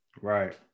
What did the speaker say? right